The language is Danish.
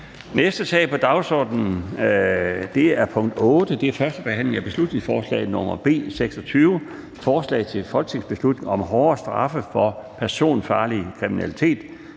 næste punkt på dagsordenen er: 8) 1. behandling af beslutningsforslag nr. B 26: Forslag til folketingsbeslutning om hårdere straffe for personfarlig kriminalitet.